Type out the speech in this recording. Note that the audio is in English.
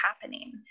happening